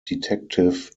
detective